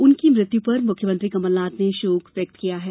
उनकी मृत्यु पर मुख्यमंत्री कमलनाथ ने शोक व्यक्त किया है